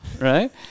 right